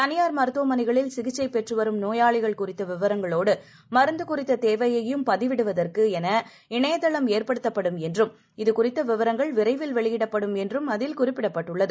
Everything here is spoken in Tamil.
தனிபாள் மருத்துவமனைகளில் சிகிச்சைபெற்றுவரும் நோயாளிகள் குறித்தவிவரங்களோடுமருந்துகுறித்தேவையையும் பதிவிடுவதற்குஎன இணையதளம் ஏற்படுத்தப்படும் என்றும் இதுகுறித்தவிவரங்கள் விரைவில் வெளியிடப்படும் என்றும் அதில் குறிப்பிடப்பட்டுள்ளது